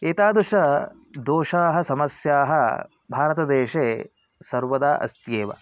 एतादृश दोषाः समस्याः भारतदेशे सर्वदा अस्ति एव